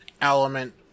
element